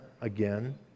again